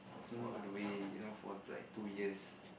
walk all the way no for like two years